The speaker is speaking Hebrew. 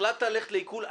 החלטת ללכת לעיקול.